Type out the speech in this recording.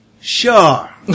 Sure